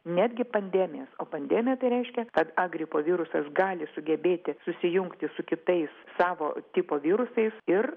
netgi pandemijas o pandemija tai reiškia kad a gripo virusas gali sugebėti susijungti su kitais savo tipo virusais ir